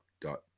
dot